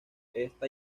esta